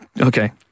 Okay